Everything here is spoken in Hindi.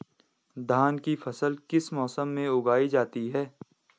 धान की फसल किस मौसम में उगाई जाती है?